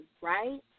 right